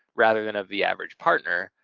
rather than of the average partner,